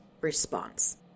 response